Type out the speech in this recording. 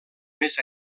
més